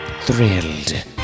thrilled